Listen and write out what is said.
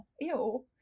ew